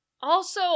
Also-